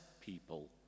people